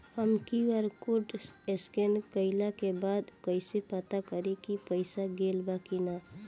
हम QR code scan कइला के बाद कइसे पता करि की पईसा गेल बा की न?